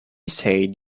said